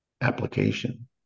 application